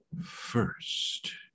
first